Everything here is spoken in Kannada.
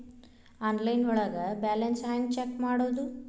ಆನ್ಲೈನ್ ಒಳಗೆ ಬ್ಯಾಲೆನ್ಸ್ ಹ್ಯಾಂಗ ಚೆಕ್ ಮಾಡೋದು?